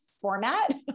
format